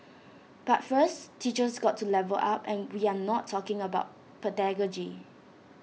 but first teachers got to level up and we are not talking about pedagogy